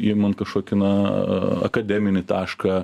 imant kažkokį na akademinį tašką